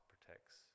protects